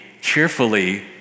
cheerfully